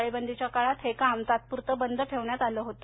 टाळेबंदीच्या काळात हे काम तात्पुरते बंद ठेवण्यात आले होते